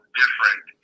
different